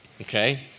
okay